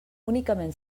únicament